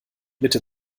mitte